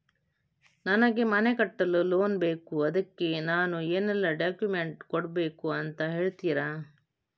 ನನಗೆ ಮನೆ ಕಟ್ಟಲು ಲೋನ್ ಬೇಕು ಅದ್ಕೆ ನಾನು ಏನೆಲ್ಲ ಡಾಕ್ಯುಮೆಂಟ್ ಕೊಡ್ಬೇಕು ಅಂತ ಹೇಳ್ತೀರಾ?